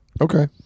Okay